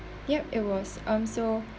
yup it was um so